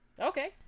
Okay